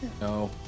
No